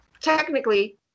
technically